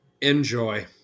Enjoy